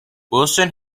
wilson